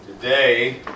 today